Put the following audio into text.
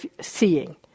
seeing